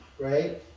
right